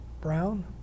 Brown